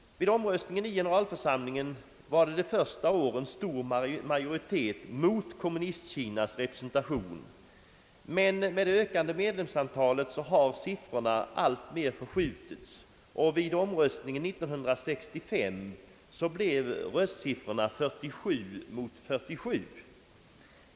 Vid omröstningarna i generalförsamlingen var det under de första åren stor majoritet mot Kommunistkinas representation, men med det ökande medlemsantalet har siffrorna alltmer förskjutits, och vid omröstningen år 1965 blev röstsiffrorna 47 mot 47.